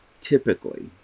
typically